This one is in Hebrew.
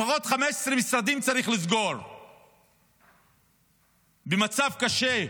לפחות 15 משרדים צריך לסגור במצב קשה,